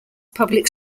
public